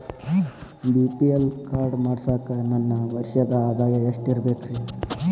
BPL card ಮಾಡ್ಸಾಕ ನನ್ನ ವರ್ಷದ್ ಆದಾಯ ಎಷ್ಟ ಇರಬೇಕ್ರಿ?